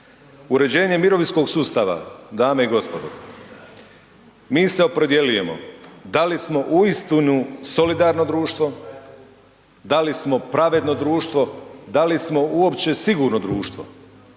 Uređenje mirovinskog sustava, dame i gospodo, mi se opredjeljujemo da li smo uistinu solidarno društvo, da li smo pravedno društvo, da li smo uopće sigurno društvo.